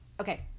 okay